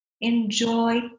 Enjoy